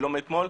לא מאתמול,